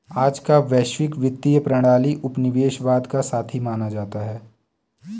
आज का वैश्विक वित्तीय प्रणाली उपनिवेशवाद का साथी माना जाता है